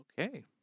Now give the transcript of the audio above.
Okay